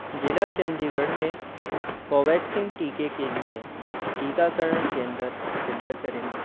ज़िला चंडीगढ़ में कोवैक्सीन टीके के लिए टीकाकरण केंद्र फ़िल्टर करें